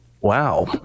wow